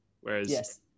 Whereas